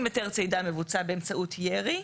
אם היתר צידה מבוצע באמצעות ירי,